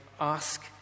ask